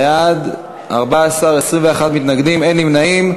בעד, 14, 21 מתנגדים, אין נמנעים.